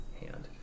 hand